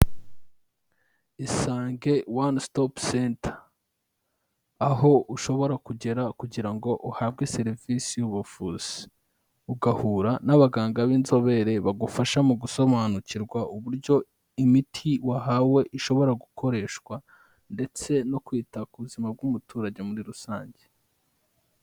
Isange one stop center aho ushobora kugera kugira ngo uhabwe serivisi y'ubuvuzi, ugahura n'abaganga b'inzobere bagufasha mu gusobanukirwa uburyo imiti wahawe ishobora gukoreshwa ndetse no kwita ku buzima bw'umuturage muri rusange.